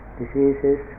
diseases